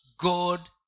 God